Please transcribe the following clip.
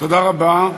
תודה רבה.